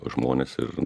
žmones ir